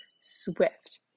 Swift